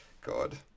God